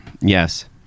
Yes